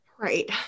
Right